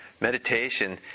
Meditation